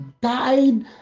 died